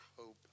hope